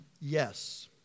Yes